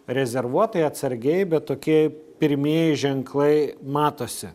rezervuotai atsargiai bet tokie pirmieji ženklai matosi